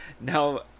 now